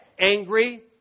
angry